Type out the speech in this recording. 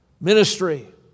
ministry